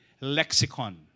lexicon